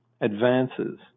advances